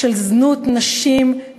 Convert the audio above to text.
של זנות נשים,